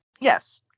Yes